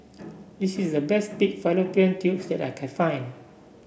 this is the best Pig Fallopian Tubes that I can find